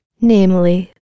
namely